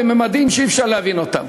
בממדים שאי-אפשר להבין אותם: